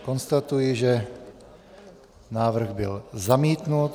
Konstatuji, že návrh byl zamítnut.